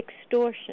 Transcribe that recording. extortion